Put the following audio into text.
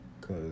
Cause